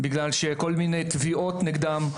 אלא בגלל כל מיני תביעות נגדם,